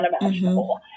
unimaginable